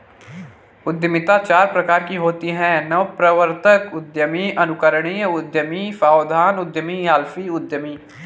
उद्यमिता चार प्रकार की होती है नवप्रवर्तक उद्यमी, अनुकरणीय उद्यमी, सावधान उद्यमी, आलसी उद्यमी